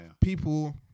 people